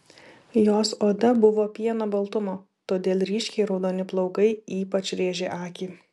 jos oda buvo pieno baltumo todėl ryškiai raudoni plaukai ypač rėžė akį